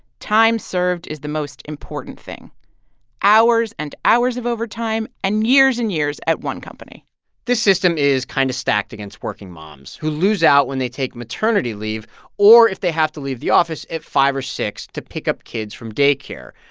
time served is the most important thing hours and hours of overtime and years and years at one company this system is kind of stacked against working moms who lose out when they take maternity leave or if they have to leave the office at five or six to pick up kids from day care.